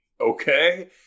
okay